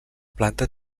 planta